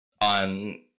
on